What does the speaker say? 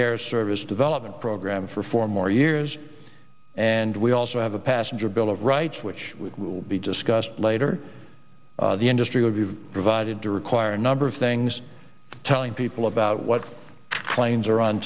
air service development program for four more years and we also have a passenger bill of rights which will be discussed later the industry will be provided to require a number of things telling people about what planes are on